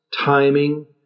timing